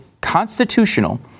constitutional